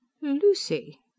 Lucy